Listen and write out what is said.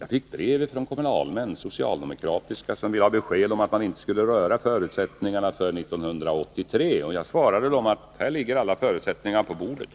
Jag fick brev från socialdemo kratiska kommunalmän som ville ha besked om att man inte skulle röra förutsättningarna för 1983. Och jag svarade dem: Här ligger alla förutsättningar på bordet.